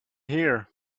here